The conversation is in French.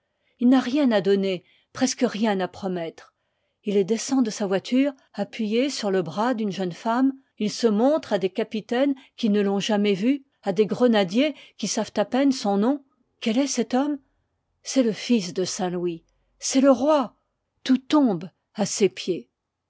il n'a rien à donner presque rien à promettre il descend de sa voiture appuyé sur le bras d'une jeune femme il se montre à des capitaines qui ne l'ont jamais vu à des grenadiers qui savent à peine son nom quel est cet homme c'est le fils de saint louis c'est le roi tout tombe à ses pieds